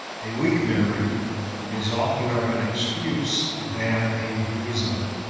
a weak memory is oftener an excuse than a reason.